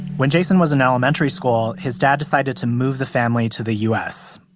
when jason was in elementary school, his dad decided to move the family to the u s,